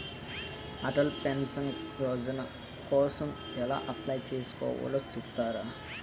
Atal pension Yojana కోసం ఎలా apply చేసుకోవాలో చెపుతారా?